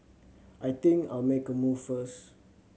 I think I'll make a move first